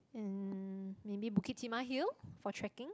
and maybe Bukit-Timah-Hill for trekking